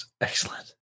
excellent